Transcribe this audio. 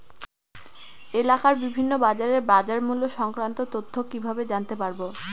এলাকার বিভিন্ন বাজারের বাজারমূল্য সংক্রান্ত তথ্য কিভাবে জানতে পারব?